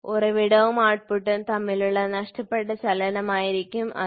ഉറവിടവും ഔട്ട്പുട്ടും തമ്മിലുള്ള നഷ്ടപ്പെട്ട ചലനമായിരിക്കും അത്